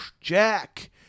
Jack